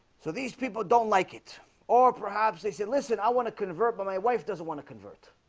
so these people don't like it or perhaps. they said listen. i want to convert, but my wife doesn't want to convert,